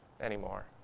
anymore